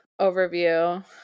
overview